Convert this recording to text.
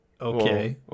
Okay